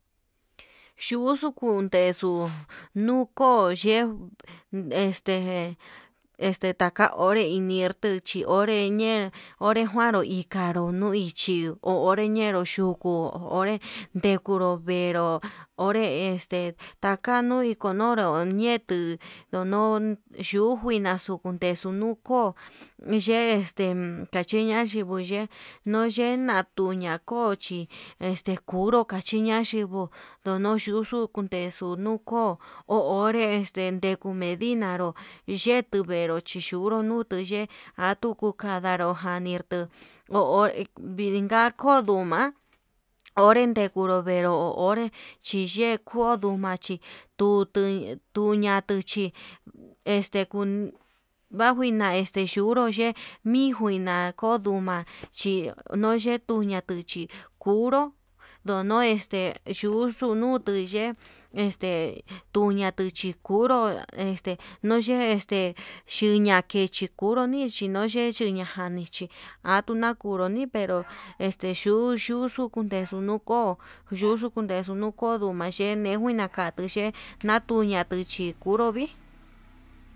Xhuku kundexu nukuu ye'e este kata onre inierto che, onre ñe'e onre njuanru ikanui chi onré ñienru yuku onre ndekuru venró, onre este takanru ikonoro ñetuu yondo nuijinax xukundexu nuko niye'e este kaxii naxhii nuyee noye natuña'a ko'o chi este kunru akchiña yinguu ndunuu yuxuu kundexu, onré niko medina ndo xhetu venruchí chunru nuu yee atuu kukandanro janii nirtu ho o vindin ka'a konduma onré ndukuru venrú ho onre chiye'e konduu, machi kutu tuña tuchí este kun vanguina este yunnru ye'e mijuina konduma chi noyetuña tuchí kuruu yono este nutui ye'e este tuña'a tuchi kunru este noyee este xhiña ichi kunruu ndo yinuu ye'e yiña'a, jani chí atuu nakunru ni'í pero este xhuxu kundexu nuko xhuxu kundexu nuko mayekuini naka kuxhe natuña kuxhi kunrovi.